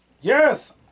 Yes